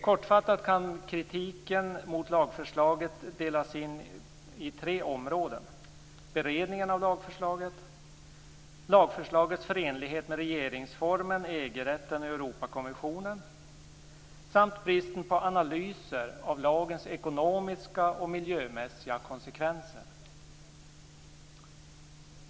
Kortfattat kan kritiken mot lagförslaget delas in i tre områden: beredningen av lagförslaget, lagförslagets förenlighet med regeringsformen, EG-rätten och Europakonventionen samt bristen på analyser av lagens ekonomiska och miljömässiga konsekvenser.